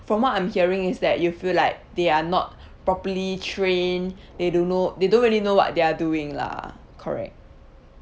from what I'm hearing is that you feel like they are not properly trained they don't know they don't really know what they are doing lah correct